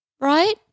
right